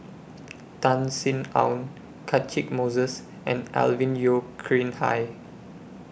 Tan Sin Aun Catchick Moses and Alvin Yeo Khirn Hai